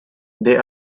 they